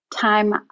time